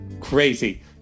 Crazy